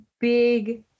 big